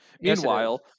Meanwhile